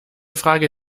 frage